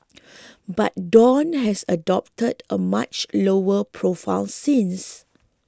but Dawn has adopted a much lower profile since